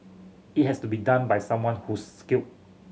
it has to be done by someone who's skilled